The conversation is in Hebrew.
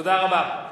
תודה רבה.